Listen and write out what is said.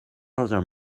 other